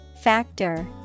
Factor